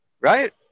Right